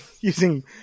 using